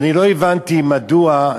ואני לא הבנתי מדוע,